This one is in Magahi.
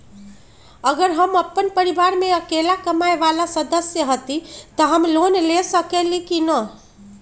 अगर हम अपन परिवार में अकेला कमाये वाला सदस्य हती त हम लोन ले सकेली की न?